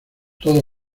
todo